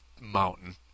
mountain